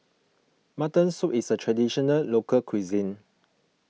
Mutton Soup is a Traditional Local Cuisine